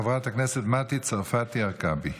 חברת הכנסת מטי צרפתי הרכבי,